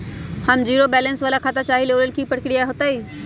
हम zero balance वाला खाता चाहइले वो लेल की की प्रक्रिया होतई?